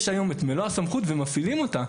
יש היום את מלוא הסמכות ומפעילים אותה.